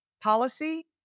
policy